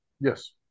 Yes